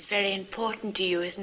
very important to you is